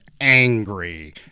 angry